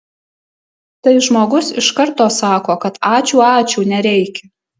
tai žmogus iš karto sako kad ačiū ačiū nereikia